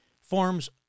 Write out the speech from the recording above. forms